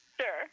Sure